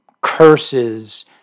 curses